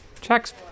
Checks